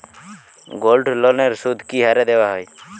গোল্ডলোনের সুদ কি হারে দেওয়া হয়?